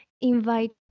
invite